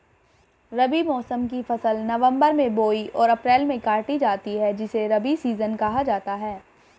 रबी मौसम की फसल नवंबर में बोई और अप्रैल में काटी जाती है जिसे रबी सीजन कहा जाता है